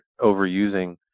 overusing